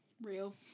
Real